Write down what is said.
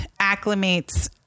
acclimates